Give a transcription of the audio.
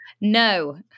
No